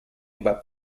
about